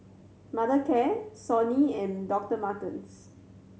Mothercare Sony and Doctor Martens